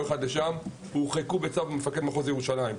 223, הורחקו בצו מפקד מחוז ירושלים.